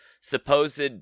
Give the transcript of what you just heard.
supposed